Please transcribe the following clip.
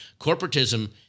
Corporatism